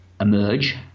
emerge